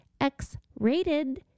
X-rated